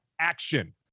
action